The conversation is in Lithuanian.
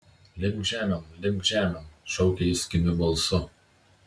lipk žemėn lipk žemėn šaukė jis kimiu balsu